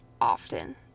often